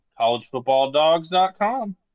collegefootballdogs.com